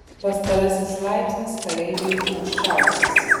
pastarasis laipsnis kareiviui aukščiausias